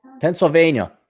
Pennsylvania